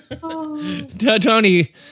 Tony